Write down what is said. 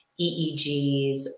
EEGs